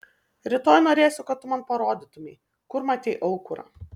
rytoj norėsiu kad tu man parodytumei kur matei aukurą